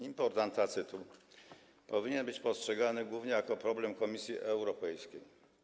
Import antracytu powinien być postrzegany głównie jako problem Komisji Europejskiej.